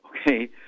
okay